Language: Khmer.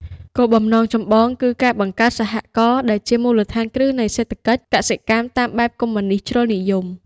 គោលបំណងចម្បងគឺការបង្កើត "សហករណ៍" ដែលជាមូលដ្ឋានគ្រឹះនៃសេដ្ឋកិច្ចកសិកម្មតាមបែបកុម្មុយនីស្តជ្រុលនិយម។